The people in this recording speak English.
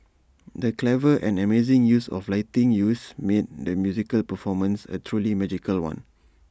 the clever and amazing use of lighting use made the musical performance A truly magical one